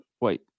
Wait